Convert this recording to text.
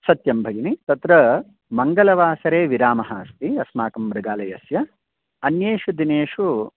सत्यं भगिनी तत्र मङ्गलवासरे विरामः अस्ति अस्माकं मृगालयस्य अन्येषु दिनेषु